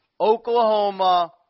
Oklahoma